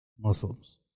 Muslims